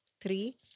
three